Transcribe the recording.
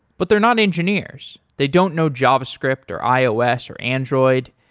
but they're not engineers. they don't know javascript or, ios, or android.